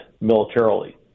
militarily